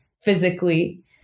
physically